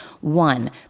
One